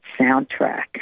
soundtrack